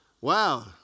Wow